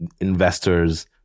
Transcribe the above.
investors